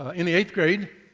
ah in the eighth grade.